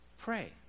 pray